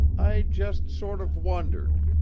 i just sort of wondered,